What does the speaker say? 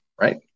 right